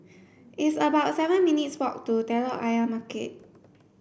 it's about seven minutes' walk to Telok Ayer Market